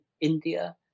India